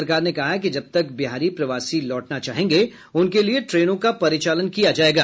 सरकार ने कहा है कि जब तक बिहारी प्रवासी लौटना चाहेंगे उनके लिये ट्रेनों का परिचालन किया जायेगा